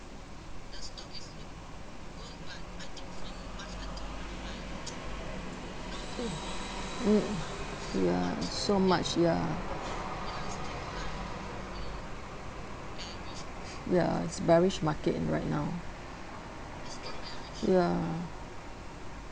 mm ya so much ya ya it's bearish market right now ya